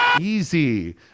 Easy